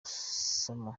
osama